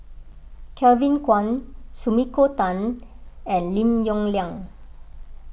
Kevin Kwan Sumiko Tan and Lim Yong Liang